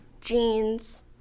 jeans